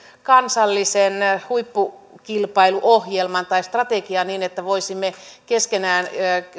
kansallisen huippukilpailuohjelman tai strategian niin että voisimme keskenään